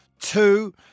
two